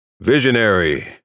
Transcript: Visionary